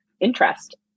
interest